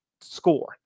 score